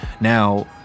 Now